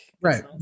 right